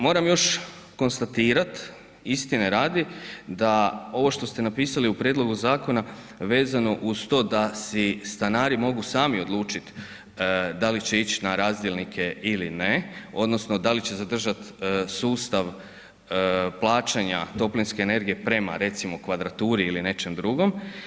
Moram još konstatirat, istine radi da ovo što ste napisali u prijedlogu zakona vezano uz to da si stanari mogu sami odlučiti da li će ići na razdjelnike ili ne odnosno da li će zadržat sustav plaćanja toplinske energije prema recimo kvadraturi ili nečem drugom.